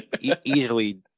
easily